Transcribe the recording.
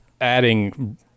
adding